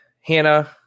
Hannah